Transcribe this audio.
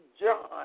John